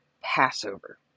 Passover